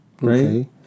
right